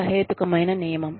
సహేతుకమైన నియమం